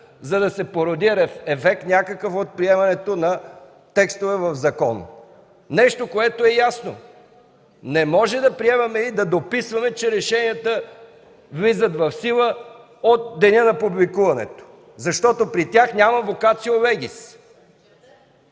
за да се породи някакъв ефект от приемането на текстове в закона – нещо, което е ясно. Не можем да приемаме и да дописваме, че решенията влизат в сила от деня на публикуването, защото при тях няма вокацио легис.